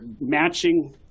matching